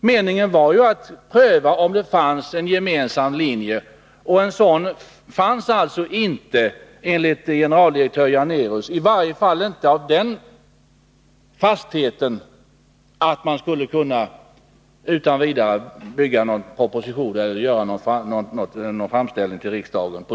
Meningen var ju att pröva om det fanns en gemensam linje, och en sådan fanns inte enligt generaldirektör Janérus —i varje fall inte av sådan fasthet att man på den grunden utan vidare skulle kunna bygga en proposition eller göra någon framställning till riksdagen.